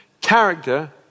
Character